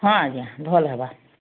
ହଁ ଆଜ୍ଞା ଭଲ ହେବା